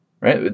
right